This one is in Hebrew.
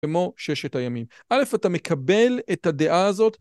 כמו ששת הימים. א', אתה מקבל את הדעה הזאת